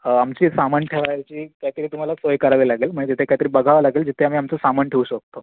आमची सामान ठेवायची काहीतरी तुम्हाला सोय करावी लागेल म्हणजे ते काहीतरी बघावं लागेल जिथे आम्ही आमचं सामान ठेऊ शकतो